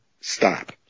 stop